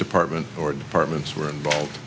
department or departments were involved